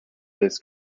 this